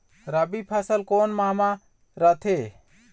रबी फसल कोन माह म रथे?